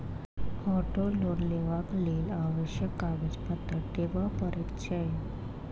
auto loan लेबाक लेल आवश्यक कागज पत्तर देबअ पड़ैत छै